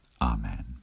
Amen